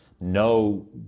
No